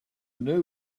new